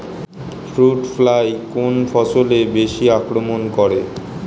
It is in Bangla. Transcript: ফ্রুট ফ্লাই কোন ফসলে বেশি আক্রমন করে?